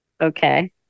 okay